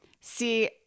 see